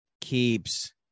keeps